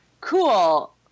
cool